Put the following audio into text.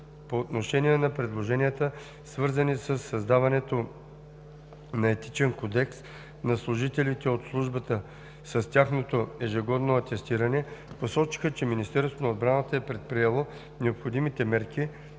По отношение на предложенията, свързани със създаването на Етичен кодекс на служителите от Службата и с тяхното ежегодно атестиране, посочиха, че Министерството на отбраната е предприело необходимите мерки